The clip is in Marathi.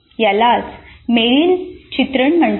यालाच मेरिल चित्रण म्हणतात